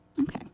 Okay